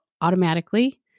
automatically